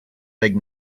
big